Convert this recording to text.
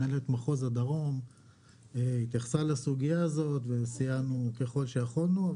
מנהלת מחוז הדרום התייחסה לסוגיה הזאת וסייענו ככל שיכולנו.